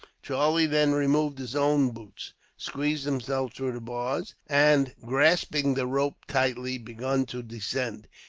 charlie then removed his own boots, squeezed himself through the bars and, grasping the rope tightly, began to descend.